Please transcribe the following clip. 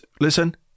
listen